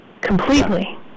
completely